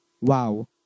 wow